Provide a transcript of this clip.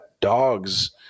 dogs